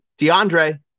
DeAndre